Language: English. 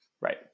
Right